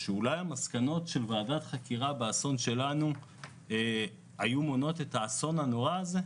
אולי המסקנות מוועדת חקירה היו מונעות את האסון הזה?